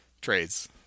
trades